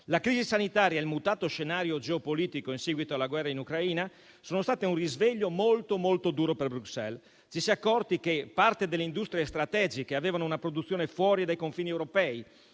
La crisi sanitaria e il mutato scenario geopolitico in seguito alla guerra in Ucraina sono stati un risveglio molto, molto duro per Bruxelles. Ci si è accorti che parte delle industrie strategiche avevano una produzione fuori dai confini europei;